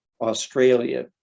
australia